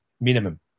minimum